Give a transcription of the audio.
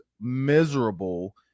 miserable